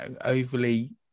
overly